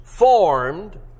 Formed